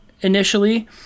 initially